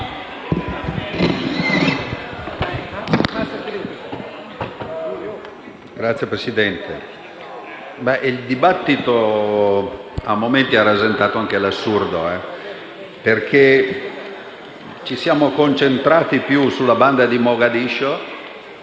Signor Presidente, il dibattito a momenti ha rasentato l'assurdo, perché ci siamo concentrati più sulla banda di Mogadiscio